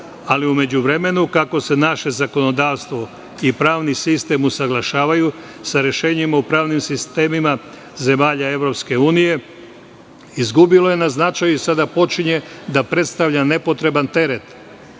ali u međuvremenu, kako se naše zakonodavstvo i pravni sistem, usaglašavaju sa rešenjima u pravnim sistemima zemalja EU, izgubilo je na značaju, sada počinje da predstavlja nepotreban teret.U